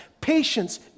patience